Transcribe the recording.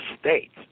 States